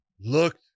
looked